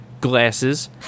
glasses